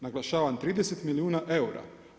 Naglašavam 30 milijuna eura.